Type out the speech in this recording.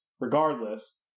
regardless